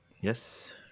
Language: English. Yes